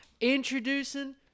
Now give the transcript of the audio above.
introducing